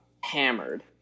hammered